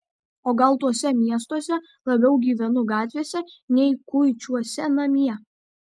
o gal tuose miestuose labiau gyvenu gatvėse nei kuičiuosi namie